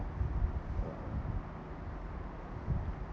uh